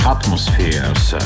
Atmospheres